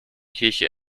kirche